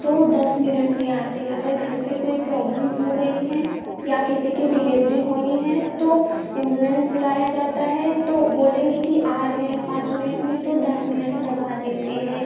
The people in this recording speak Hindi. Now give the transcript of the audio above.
तो दस मिनट में आते हैं अगर घर पे कोई प्रोब्लम हो गई है या किसी की डिलीवरी होनी है तो इम्बूलेंस बुलाया जाता है तो बोलेंगे कि आ रहे हैं पाँच मिनट में तो दस मिनट लगा देते हैं